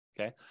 Okay